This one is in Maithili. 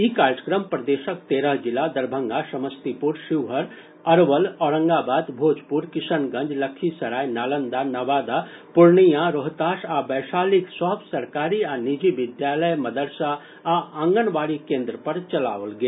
ई कार्यक्रम प्रदेशक तेरह जिला दरभंगा समस्तीपुर शिवहर अरवल औरंगाबाद भोजपुर किशनगंज लखीसराय नालंदा नवादा पूर्णिया रोहतास आ वैशालीक सभ सरकारी आ निजी विद्यालय मदरसा आ आंगनवाड़ी केन्द्र पर चलाओल गेल